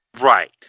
Right